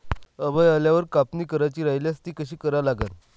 आभाळ आल्यावर कापनी करायची राह्यल्यास ती कशी करा लागन?